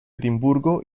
edimburgo